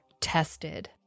tested